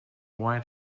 why